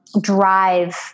drive